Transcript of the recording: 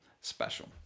special